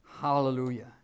Hallelujah